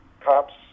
Cops